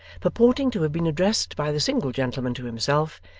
purporting to have been addressed by the single gentleman to himself,